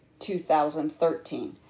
2013